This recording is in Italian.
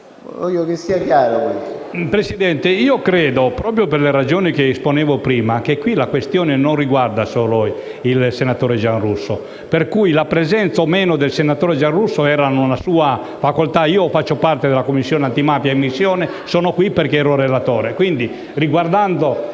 Presidente, proprio per le ragioni che esponevo prima, credo che la questione non riguardi solo il senatore Giarrusso; pertanto la presenza del senatore Giarrusso era una sua facoltà. Io faccio parte della Commissione antimafia, ora in missione, e sono qui in quanto relatore.